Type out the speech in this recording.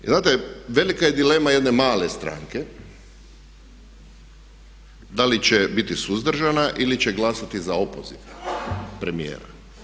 Znate velika je dilema jedne male stranke da li će biti suzdržana ili će glasati za opoziv premijera.